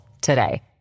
today